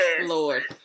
Lord